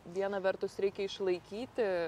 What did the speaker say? viena vertus reikia išlaikyti